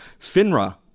FINRA